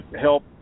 help